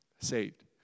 saved